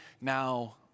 now